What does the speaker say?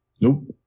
Nope